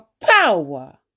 power